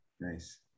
Nice